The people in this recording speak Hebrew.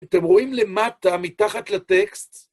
אתם רואים למטה, מתחת לטקסט